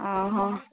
ଅ ହଁ